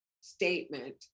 statement